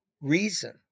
Reason